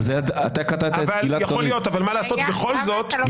אתה קטעת את גלעד קריב.